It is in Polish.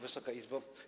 Wysoka Izbo!